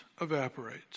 evaporates